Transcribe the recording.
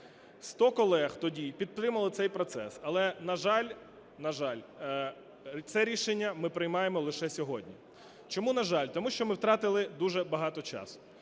Сто колеги, тоді, підтримало цей процес, але, на жаль, на жаль, це рішення ми приймаємо лише сьогодні. Чому, на жаль? Тому що ми втратили дуже багато часу.